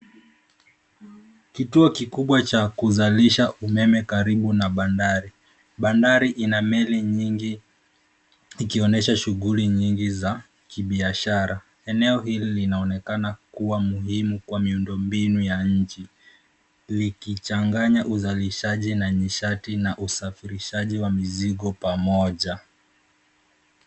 Kituo kikubwa cha kuzalisha umeme karibu na bandari. Bandari ina meli nyingi ikionesha shughuli nyingi za kibiashara. Eneo hili linaonekana kua muhimu kwa miundo mbinu ya nchi. Likichanganya uzalishaji na nishati na usafirishaji wa mizigo pamoja.